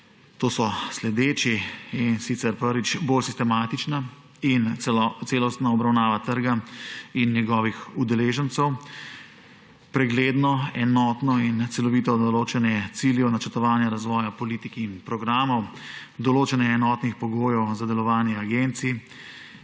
To so sledeči, in sicer: prvič, bolj sistematična in celostna obravnava trga in njegovih udeležencev; pregledno enotno in celovito določanje ciljev, načrtovanja razvoja, politik in programov; določanje enotnih pogojev za delovanje agencij;